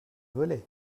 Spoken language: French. volley